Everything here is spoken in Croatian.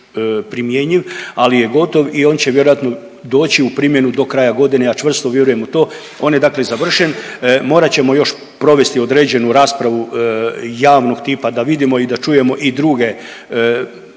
primjenjiv, ali je gotov i on će vjerojatno doći u primjenu do kraja godine. Ja čvrsto vjerujem u to. On je dakle završen, morat ćemo još provesti određenu raspravu javnog tipa da vidimo i da čujemo i druge